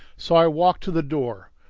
so i walked to the door,